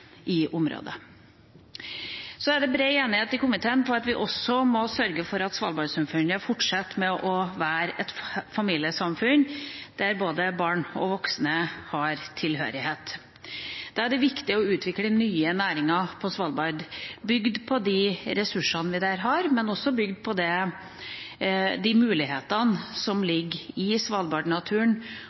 i området. Det er bred enighet i komiteen om at vi også må sørge for at Svalbard-samfunnet fortsetter å være et familiesamfunn der både barn og voksne har tilhørighet. Da er det viktig å utvikle nye næringer på Svalbard, bygd på de ressursene vi der har, men også bygd på de mulighetene som ligger i